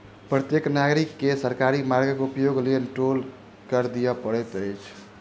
प्रत्येक नागरिक के सरकारी मार्गक उपयोगक लेल टोल कर दिअ पड़ैत अछि